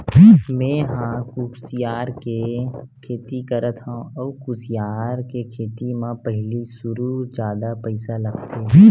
मेंहा ह कुसियार के खेती करत हँव अउ कुसियार के खेती म पहिली सुरु जादा पइसा लगथे